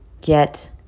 get